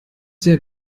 sehr